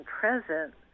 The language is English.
present